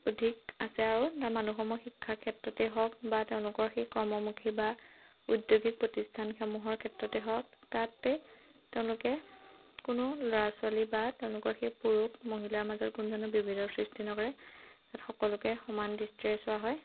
অধিক আছে আৰু তাৰ মানুহসমূহ শিক্ষাৰ ক্ষেত্ৰতেই হওক বা তেওঁলোকৰ সেই কৰ্মমুখী বা উদ্যোগিক প্ৰতিষ্ঠানসমূহৰ ক্ষেত্ৰতে হওক তাতেই তেওঁলোকে কোনো ল'ৰা ছোৱালী বা তেওঁলোকৰ সেই পুৰুষ মহিলাৰ মাজত কোনো যাতে বিভেদৰ সৃষ্টি নকৰে তাত সকলোকে সমান দৃষ্টিৰে চোৱা হয়